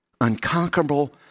Unconquerable